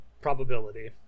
probability